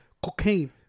Cocaine